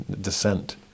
Descent